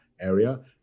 area